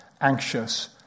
anxious